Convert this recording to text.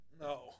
No